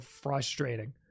frustrating